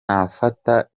nkafata